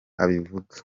abivuga